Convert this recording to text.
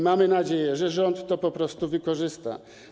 Mamy nadzieję, że rząd je po prostu wykorzysta.